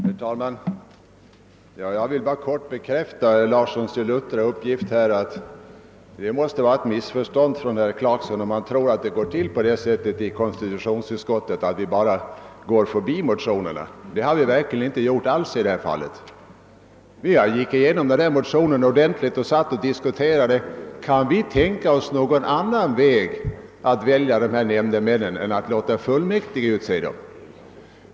Herr talman! Jag vill endast bekräfta herr Larssons i Luttra uppgift om behandlingen i utskottet. Det måste bero på missförstånd om herr Clarkson tror att det går till på det sättet i konstitutionsutskottet att vi bara går förbi motioner. Det har vi verkligen inte gjort. Vi gick igenom motionen ordentligt och diskuterade om vi kunde tänka oss någon annan väg att välja nämndemän än att låta fullmäktige utse dem.